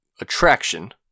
attraction –